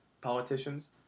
politicians